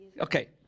Okay